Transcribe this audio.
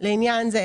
לעניין זה,